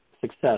success